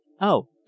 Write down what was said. Oh